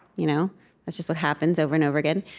you know that's just what happens, over and over again.